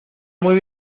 muy